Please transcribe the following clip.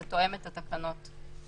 זה תואם את התקנות היום.